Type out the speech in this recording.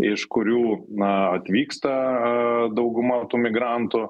iš kurių na atvyksta dauguma tų migrantų